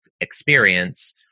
experience